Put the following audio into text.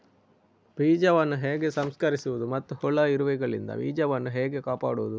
ಬೀಜವನ್ನು ಹೇಗೆ ಸಂಸ್ಕರಿಸುವುದು ಮತ್ತು ಹುಳ, ಇರುವೆಗಳಿಂದ ಬೀಜವನ್ನು ಹೇಗೆ ಕಾಪಾಡುವುದು?